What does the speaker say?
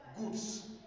goods